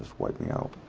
ah wiped me out.